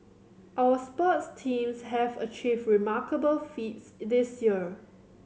our sports teams have achieved remarkable feats this year